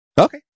okay